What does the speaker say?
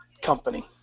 company